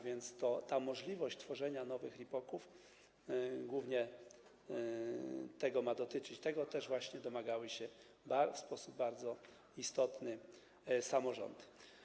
A więc ta możliwość tworzenia nowych RIPOK-ów głównie tego ma dotyczyć, tego też domagały się w sposób bardzo istotny samorządy.